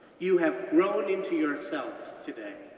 you have grown into yourselves today.